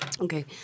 Okay